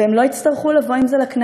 והם לא יצטרכו לבוא עם זה לכנסת,